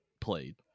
played